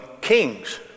kings